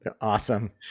Awesome